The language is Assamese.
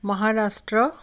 মহাৰাষ্ট্ৰ